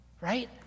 Right